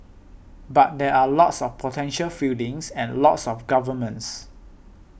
but there are lots of potential feelings and lots of governments